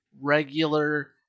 regular